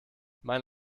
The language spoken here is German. mein